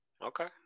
Okay